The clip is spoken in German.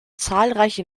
zahlreiche